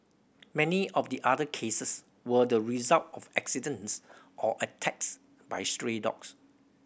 many of the other cases were the result of accidents or attacks by stray dogs